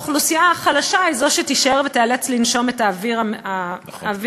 והאוכלוסייה החלשה היא זו שתישאר ותיאלץ לנשום את האוויר המזוהם.